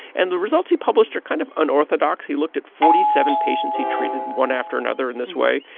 and the results he published are kind of unorthodox. he looked at forty seven patients he treated one after another in this way,